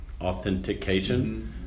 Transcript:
authentication